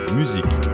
musique